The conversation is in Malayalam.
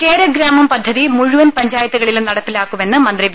കേരഗ്രാമം പദ്ധതി മുഴുവൻ പഞ്ചായത്തുകളിലും നടപ്പിലാക്കുമെന്ന് മന്ത്രി വി